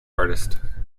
artist